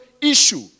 issue